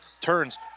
Turns